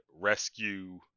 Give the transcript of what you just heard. rescue